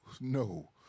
no